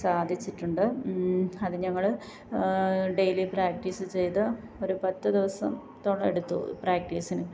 സാധിച്ചിട്ടുണ്ട് അത് ഞങ്ങൾ ഡെയിലി പ്രാക്ടീസ് ചെയ്തു ഒരു പത്ത് ദിവസത്തോട് അടുത്തു പ്രാക്ടിസിന്